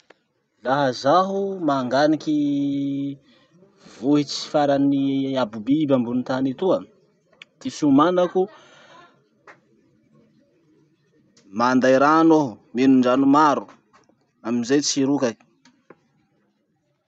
laha zaho manganiky vohitsy farany abo biby ambony tany etoa, ty fiomanako, manday rano aho, minondrano maro amizay tsy rokaky.